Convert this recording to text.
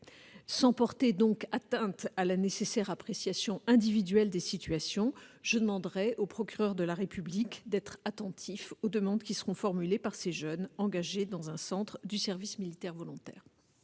Sans porter atteinte à la nécessaire appréciation individuelle des situations, je demanderai aux procureurs de la République d'être attentifs aux demandes qui seront formulées par ces jeunes, qui sont engagés dans le cadre du service militaire volontaire.